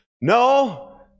No